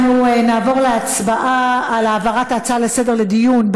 העבודה והרווחה.